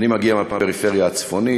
אני מגיע מהפריפריה הצפונית.